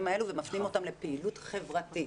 האלה ומפנים אותם לפעילות חברתית.